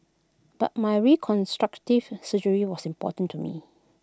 but my reconstructive surgery was important to me